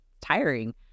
Tiring